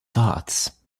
thoughts